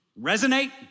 Resonate